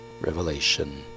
revelation